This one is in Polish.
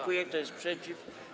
Kto jest przeciw?